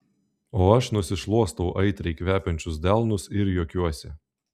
o aš nusišluostau aitriai kvepiančius delnus ir juokiuosi